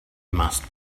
must